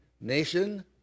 nation